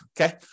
okay